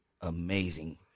amazing